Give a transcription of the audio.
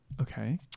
Okay